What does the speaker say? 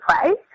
play